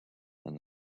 and